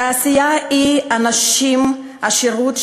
תעשייה היא אנשי השירות,